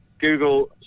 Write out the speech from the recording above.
Google